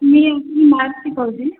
मी maths शिकवते